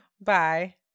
bye